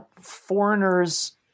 foreigners